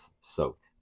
soaked